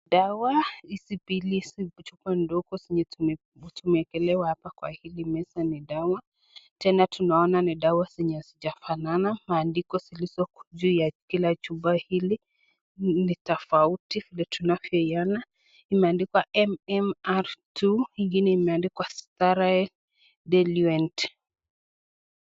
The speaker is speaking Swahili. Dawa hizi mbili ziko kwa chupa ndogo zenye tumeekelewa hapa kwa hili meza ni dawa, tena tunaona ni dawa yenye hazijafanana, maandiko zilizo juu ya kila chupa hili ni tofauti vile tunavyoiona, imeandikwa MMR II ingine imeandikwa sterile diluent .